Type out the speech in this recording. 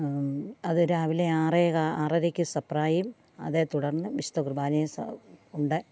അതു രാവിലെ ആറെ കാൽ ആറരക്ക് സപ്രായേം അതെ തുടർന്നു വിശുദ്ധ കുർബ്ബാനയും സ ഉണ്ട്